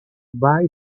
buy